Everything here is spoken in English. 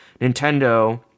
Nintendo